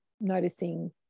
noticing